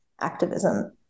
activism